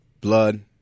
blood